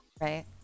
Right